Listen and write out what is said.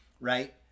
Right